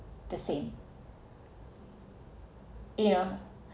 the same yeah